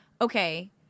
Okay